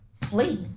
flee